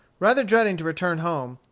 rather dreading to return home,